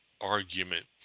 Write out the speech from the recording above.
argument